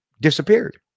disappeared